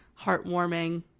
heartwarming